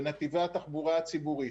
בנתיבי התחבורה הציבורית.